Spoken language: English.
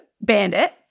bandit